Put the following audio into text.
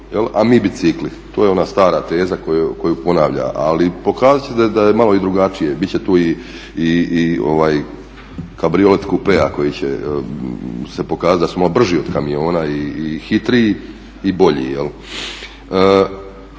a mi bicikli. To je ona stara teza koju ponavlja. Ali pokazat će se da je malo i drugačije, bit će tu i cabriolet coupea koji će se pokazati da smo brži od kamiona i hitriji i bolji